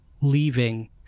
leaving